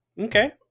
Okay